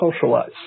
socialize